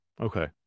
Okay